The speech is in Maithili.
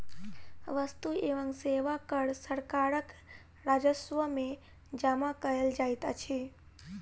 वस्तु एवं सेवा कर सरकारक राजस्व में जमा कयल जाइत अछि